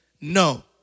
No